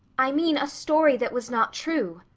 i mean a story that was not true.